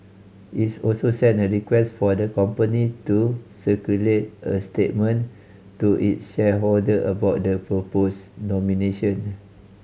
its also sent a request for the company to circulate a statement to its shareholder about the proposed nomination